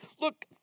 Look